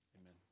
Amen